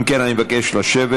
אם כן, אני מבקש לשבת.